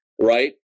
right